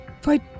Fight